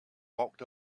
walked